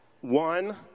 One